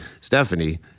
Stephanie